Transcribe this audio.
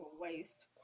waste